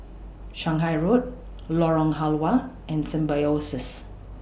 Shanghai Road Lorong Halwa and Symbiosis